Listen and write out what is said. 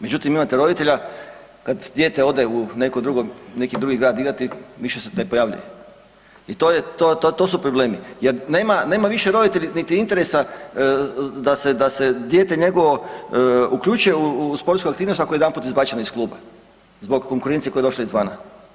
Međutim, imate roditelja kad dijete ode u neko drugo, neki drugi grad igrati, više se ne pojavljuje i to je, to su problemi jer nema više roditelj niti interesa da se dijete njegovo uključuje u sportsku aktivnost, ako je jedanput izbačeno iz kluba zbog konkurencije koja je došla izvana.